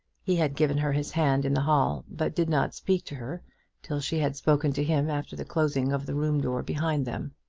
he had given her his hand in the hall, but did not speak to her till she had spoken to him after the closing of the room door behind them.